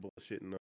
bullshitting